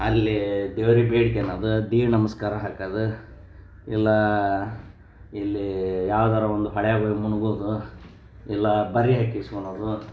ಅಲ್ಲಿ ದೇವ್ರಿಗೆ ಬೇಡ್ಕಣದು ಧೀ ನಮಸ್ಕಾರ ಹಾಕೋದು ಇಲ್ಲ ಇಲ್ಲಿ ಯಾವ್ದಾರೂ ಒಂದು ಹೊಳ್ಯಾಗೆ ಹೋಗಿ ಮುಳ್ಗೂದು ಇಲ್ಲ ಬರೆ ಹಾಕಿಸ್ಕೊಳುದು